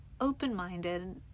open-minded